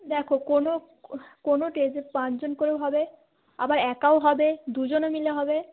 দেখো কোনও কোনও স্টেজে পাঁচজন করেও হবে আবার একাও হবে দুজনও মিলে হবে